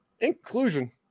Inclusion